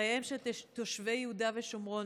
חייהם של תושבי יהודה ושומרון,